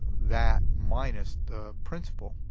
that minus the principal.